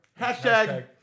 Hashtag